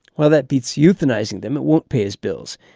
while that beats euthanizing them, it won't pay his bills.